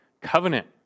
covenant